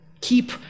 keep